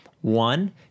One—